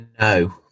No